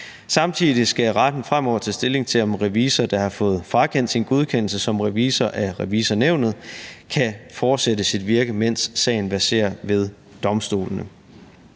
Samtidig skal retten fremover tage stilling til, om en revisor, der har fået frakendt sin godkendelse som revisor af Revisornævnet, kan fortsætte sit virke, mens sagen verserer ved domstolene.